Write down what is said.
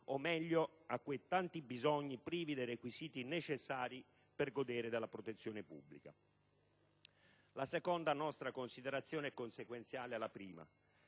o, meglio, a quei tanti bisogni privi dei requisiti necessari per godere della protezione pubblica. La seconda considerazione è consequenziale alla prima: